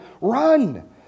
run